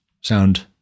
sound